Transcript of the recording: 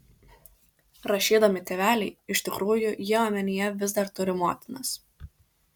rašydami tėveliai iš tikrųjų jie omenyje vis dar turi motinas